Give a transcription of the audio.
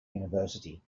university